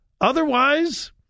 Otherwise